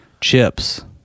chips